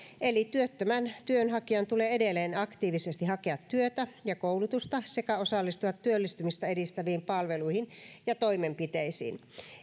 eli työttömän työnhakijan tulee edelleen aktiivisesti hakea työtä ja koulutusta sekä osallistua työllistymistä edistäviin palveluihin ja toimenpiteisiin